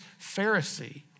Pharisee